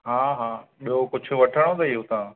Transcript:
हा हा ॿियो कुझु वठणो ताईं हुतां